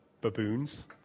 baboons